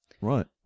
Right